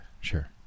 sure